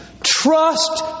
Trust